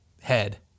head